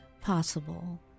possible